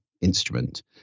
instrument